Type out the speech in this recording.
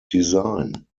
design